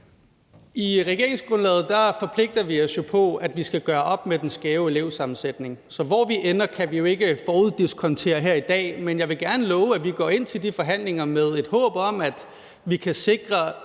I regeringsgrundlaget forpligter vi jo os på, at vi skal gøre op med den skæve elevsammensætning. Så hvor vi ender, kan vi jo ikke foruddiskontere her i dag, men jeg vil gerne love, at vi går ind til de forhandlinger med et håb om, at vi i